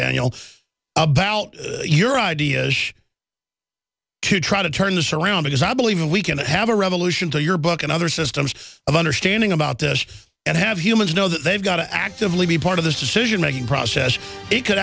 yell about your ideas to try to turn this around because i believe a week and have a revolution to your book and other systems of understanding about this and have humans know that they've got to actively be part of this decision making process it could